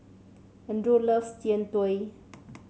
Andrew loves Jian Dui